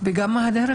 מדובר על חיות